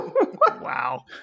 Wow